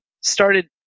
started